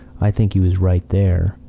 i think he was right there.